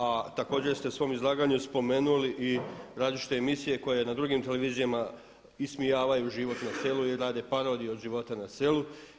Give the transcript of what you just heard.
A također ste u svom izlaganju spomenuli i različite emisije koje na drugim televizijama ismijavaju život na selu i rade parodiju od života na selu.